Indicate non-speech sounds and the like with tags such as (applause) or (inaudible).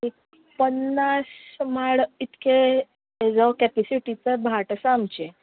(unintelligible) पन्नास सुमार इतकें कॅपेसिटिचें भाट आसा आमचें